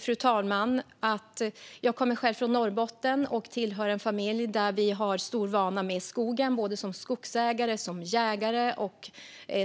Fru talman! Jag kommer själv från Norrbotten och tillhör en familj som har stor vana med skogen - som skogsägare och som jägare - och